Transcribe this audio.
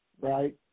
right